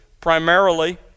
primarily